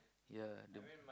ya the